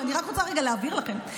ואני רק רוצה רגע להבהיר לכם,